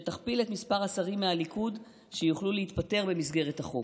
שתכפיל את מספר השרים מהליכוד שיוכלו להתפטר במסגרת החוק?